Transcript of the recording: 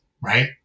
right